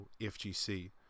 fgc